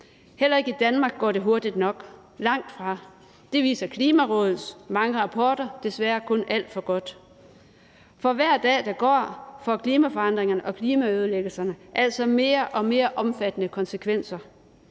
Heller ikke i Danmark går det hurtigt nok, langtfra. Det viser Klimarådets mange rapporter desværre kun alt for godt. For hver dag, der går, får klimaforandringerne og klimaødelæggelserne mere og mere omfattende konsekvenser.